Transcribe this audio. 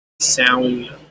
sound